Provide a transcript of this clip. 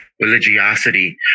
religiosity